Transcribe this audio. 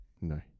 No